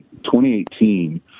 2018